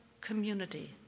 community